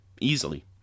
Easily